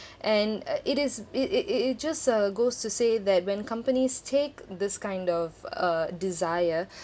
and uh it is it it it just uh goes to say that when companies take this kind of uh desire